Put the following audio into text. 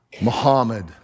Muhammad